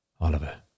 Oliver